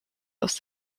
aus